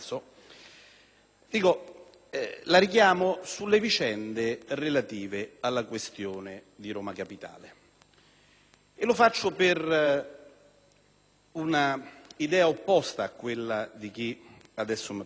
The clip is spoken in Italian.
casuale - sulle vicende relative alla questione di Roma capitale. Lo faccio per un'idea opposta a quella di chi adesso mi ha preceduto.